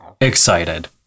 excited